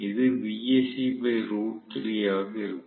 இது ஆக இருக்கும்